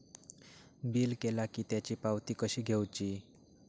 Bill केला की त्याची पावती कशी घेऊची?